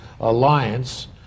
Alliance